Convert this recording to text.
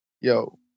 yo